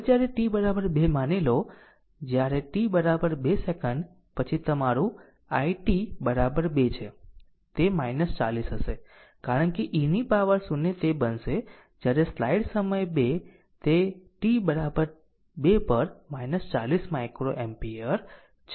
હવે જ્યારે t 2 માની લો જ્યારે t 2 સેકંડ પછી આ તમારું it બરાબર 2 છે તે 40 હશે કારણ કે e ની પાવર 0 તે બનશે જ્યારે સ્લાઈડ સમય 2 તે t 2 પર 40 માઇક્રોએમ્પીયર છે